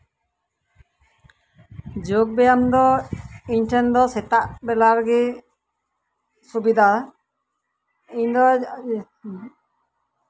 ᱡᱳᱜᱽ ᱵᱮᱭᱟᱢ ᱫᱚ ᱤᱧ ᱴᱷᱮᱱ ᱫᱚ ᱥᱮᱛᱟᱜ ᱵᱮᱞᱟ ᱨᱮᱜᱮ ᱥᱩᱵᱤᱫᱟᱣᱟ ᱤᱧ ᱫᱚ